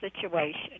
situation